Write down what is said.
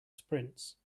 sprints